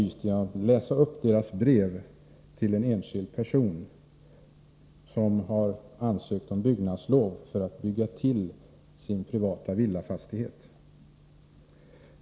Jag läste fackliga organisationer att infordra upp dess brev till en enskild person som har ansökt om byggnadslov för att bygga till sin privata villafastighet.